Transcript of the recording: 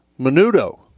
menudo